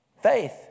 Faith